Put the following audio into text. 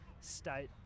state